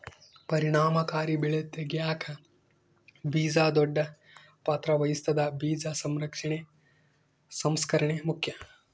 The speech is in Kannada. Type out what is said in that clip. ಪರಿಣಾಮಕಾರಿ ಬೆಳೆ ತೆಗ್ಯಾಕ ಬೀಜ ದೊಡ್ಡ ಪಾತ್ರ ವಹಿಸ್ತದ ಬೀಜ ಸಂರಕ್ಷಣೆ ಸಂಸ್ಕರಣೆ ಮುಖ್ಯ